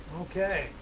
okay